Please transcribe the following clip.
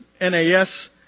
NAS